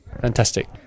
Fantastic